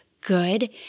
good